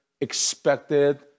expected